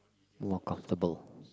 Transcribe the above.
more comfortable